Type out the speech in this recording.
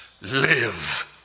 live